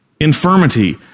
infirmity